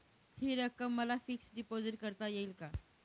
हि रक्कम मला फिक्स डिपॉझिट करता येईल का?